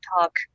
talk